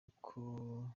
ako